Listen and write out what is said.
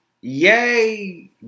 Yay